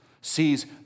sees